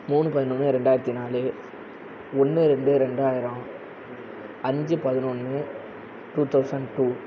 மூணு பதினொன்று ரெண்டாயிரத்தி நாலு ஒன்று ரெண்டு ரெண்டாயிரம் அஞ்சு பதினொன்று டூ தௌசண்ட் டூ